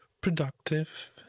productive